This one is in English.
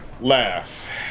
laugh